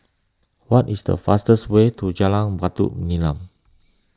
what is the fastest way to Jalan Batu Nilam